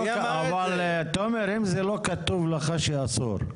אם לא כתוב לך שאסור,